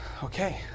Okay